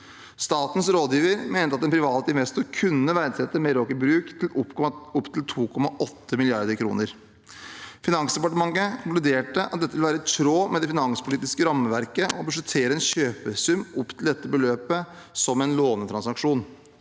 Statens rådgiver mente at en privat investor kunne verdsette Meraker Brug til opptil 2,8 mrd. kr. Finansdepartementet konkluderte at det ville være i tråd med det finanspolitiske rammeverket å budsjettere en kjøpesum opp til dette beløpet som en lånetransaksjon.